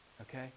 okay